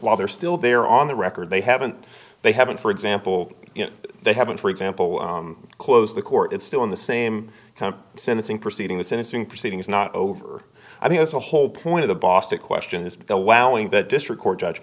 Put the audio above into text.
while they're still there on the record they haven't they haven't for example they haven't for example closed the court it's still in the same sentencing proceeding this innocent proceeding is not over i think is a whole point of the boston question is allowing that district court judge